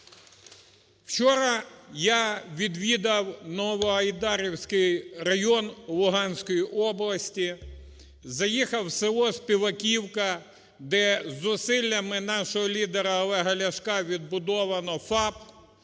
Вчора я відвідавНовоайдарський район Луганської області. Заїхав у село Співаківка, де зусиллями нашого лідера Олега Ляшка відбудовано ФАП,